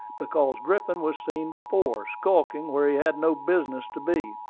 because griffin was seen before, skulking where he had no business to be.